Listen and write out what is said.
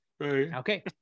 Okay